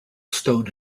stone